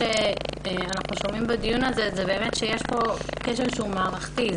אנחנו שומעים בדיון הזה שיש פה כשל מערכתי.